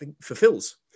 fulfills